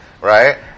Right